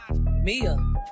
Mia